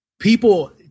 people